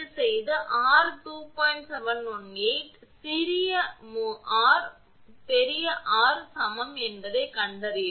718 சிறிய ஆர் மூலதனம் ஆர் சமம் என்பதைக் கண்டறியவும்